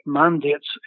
mandates